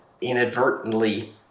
inadvertently